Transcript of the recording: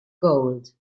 gold